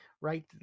right